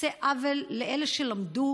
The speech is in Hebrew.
עושה עוול לאלה שלמדו,